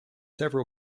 several